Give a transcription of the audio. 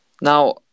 Now